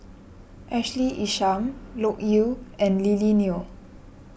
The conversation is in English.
Ashley Isham Loke Yew and Lily Neo